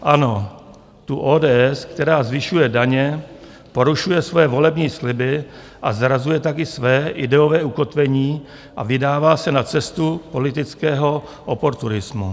Ano, tu ODS, která zvyšuje daně, porušuje své volební sliby, zrazuje taky své ideové ukotvení a vydává se na cestu politického oportunismu.